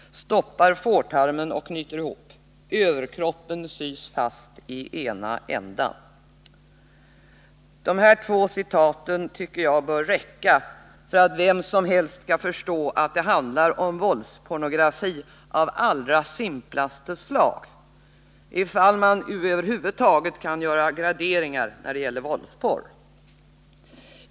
Stoppa fårtarmen och knyt ihop. Överkroppen sys fast i ena ändan!” Jag tycker att de här två citaten bör räcka för att vem som helst skall förstå att det handlar om våldspornografi av allra simplaste slag — om man över huvud taget kan göra graderingar när det gäller våldsporr.